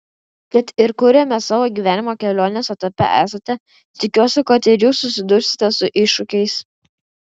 kad ir kuriame savo gyvenimo kelionės etape esate tikiuosi kad ir jūs susidursite su iššūkiais